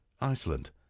Iceland